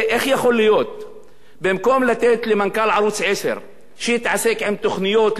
במקום לתת למנכ"ל ערוץ-10 שיתעסק עם תוכניות לרווחת האזרחים בישראל,